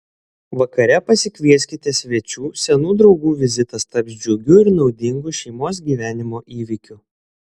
vakare pasikvieskite svečių senų draugų vizitas taps džiugiu ir naudingu šeimos gyvenimo įvykiu